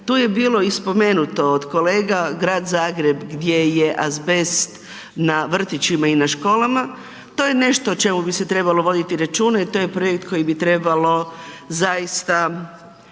Tu je bilo i spomenuto od kolega, Grad Zagreb, gdje je azbest na vrtićima i na školama, to je nešto o čemu bi se trebalo voditi računa i to je projekt koji bi trebalo zaista